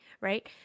right